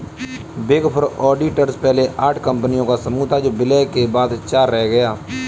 big four auditors पहले आठ कंपनियों का समूह था जो विलय के बाद चार रह गया